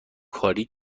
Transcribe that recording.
کاری